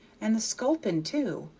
and the sculpin too.